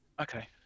Okay